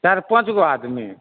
चारि पाँचगो आदमी